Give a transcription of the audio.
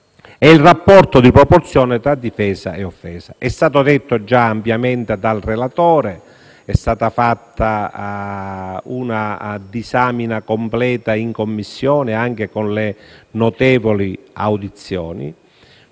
e il rapporto di proporzione tra difesa e offesa. Ciò è stato detto già ampiamente dal relatore e ne è stata fatta una disamina completa in Commissione, anche con le notevoli audizioni